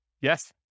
Yes